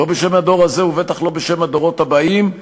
לא בשם הדור הזה ולא בשם הדורות הבאים,